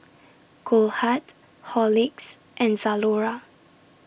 Goldheart Horlicks and Zalora